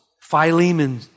Philemon